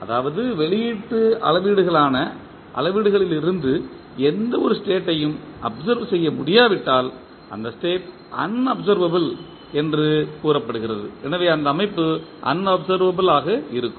அதாவது வெளியீட்டு அளவீடுகளான அளவீடுகளிலிருந்து எந்த ஒரு ஸ்டேட் ஐயும் அப்சர்வ் செய்ய முடியாவிட்டால் அந்த ஸ்டேட் அன்அப்சர்வபில் என்று கூறப்படுகிறது எனவே இந்த அமைப்பு அன்அப்சர்வபில் ஆக இருக்கும்